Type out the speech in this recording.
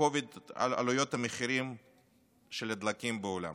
כובד עלויות המחירים של הדלקים בעולם,